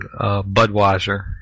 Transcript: Budweiser